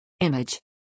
image